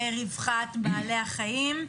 לרווחת בעלי החיים.